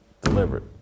delivered